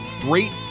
great